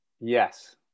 Yes